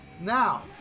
Now